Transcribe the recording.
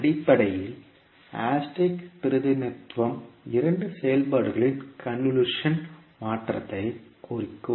அடிப்படையில் அடிப்படையில் அஸ்டரிக்ஸ் பிரதிநிதித்துவம் இரண்டு செயல்பாடுகளின் கன்வொல்யூஷன் மாற்றத்தைக் குறிக்கும்